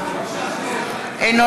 בשמות חברי הכנסת) טלב אבו עראר,